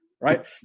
right